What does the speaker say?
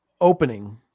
opening